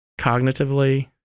cognitively